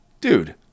dude